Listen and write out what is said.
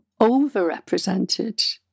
overrepresented